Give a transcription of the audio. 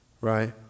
right